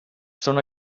són